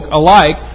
alike